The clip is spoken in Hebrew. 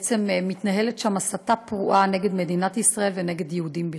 בעצם מתנהלת שם הסתה פרועה נגד מדינת ישראל ונגד יהודים בכלל.